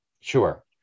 Sure